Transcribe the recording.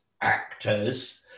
actors